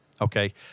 okay